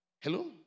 Hello